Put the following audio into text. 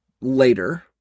later